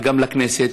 וגם לכנסת.